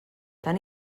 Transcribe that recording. tan